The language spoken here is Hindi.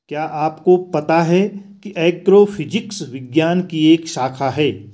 क्या आपको पता है एग्रोफिजिक्स विज्ञान की एक शाखा है?